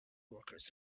workers